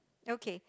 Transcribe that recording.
okay